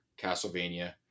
Castlevania